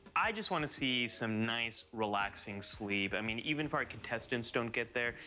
i just wanna see some nice, relaxing sleep. i mean, even if our contestants don't get there,